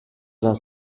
vingt